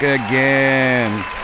Again